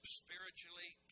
spiritually